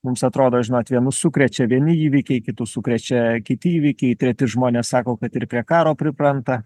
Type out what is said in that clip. mums atrodo žinot vienus sukrečia vieni įvykiai kitus sukrečia kiti įvykiai treti žmonės sako kad ir prie karo pripranta